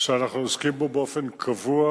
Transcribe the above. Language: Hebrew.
שאנחנו עוסקים בו באופן קבוע.